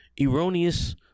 erroneous